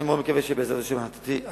אני מאוד מקווה שבעזרת השם החלטתי,